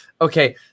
okay